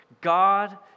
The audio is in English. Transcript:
God